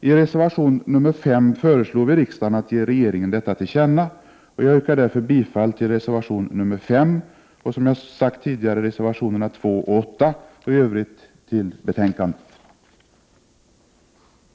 I reservation nr 5 föreslår vi riksdagen att ge regeringen detta till känna, och jag yrkar därför bifall till reservation nr 5 och, som jag sagt tidigare, reservationerna nr 2 och 8, i övrigt till utskottets hemställan.